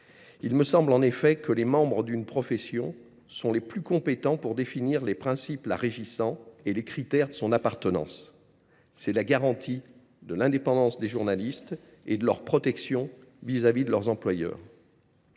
Il me semble en effet que les membres d’une profession sont les plus compétents pour définir les principes qui la régissent et les critères pour y appartenir. C’est la garantie de leur indépendance et de leur protection vis à vis de leurs employeurs.